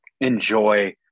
enjoy